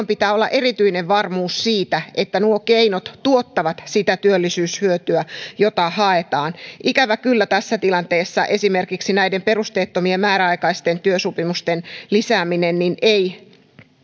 pitää olla erityinen varmuus siitä että nuo keinot tuottavat sitä työllisyyshyötyä jota haetaan ikävä kyllä tässä tilanteessa esimerkiksi näiden perusteettomien määräaikaisten työsopimusten lisääminen ei